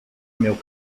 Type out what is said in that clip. meu